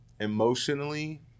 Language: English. emotionally